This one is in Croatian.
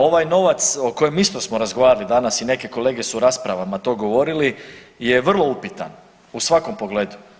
Ovaj novac o kojem isto smo razgovarali danas i neke kolege su u raspravama to govorili je vrlo upitan u svakom pogledu.